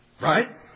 Right